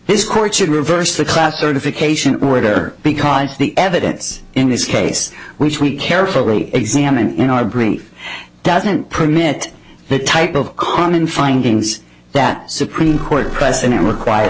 this court should reverse the class certification order because the evidence in this case which we carefully examine in our brain doesn't permit that type of common findings that supreme court precedent requires